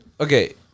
okay